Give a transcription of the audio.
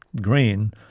Green